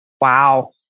wow